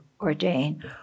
ordain